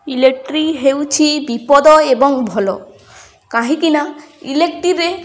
electric ହେଉଛି ବିପଦ ଏବଂ ଭଲ କାହିଁକିନା ଇଲେକ୍ଟ୍ରିରେ